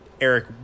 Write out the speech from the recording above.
Eric